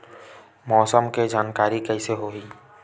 मौसम के जानकारी कइसे होही?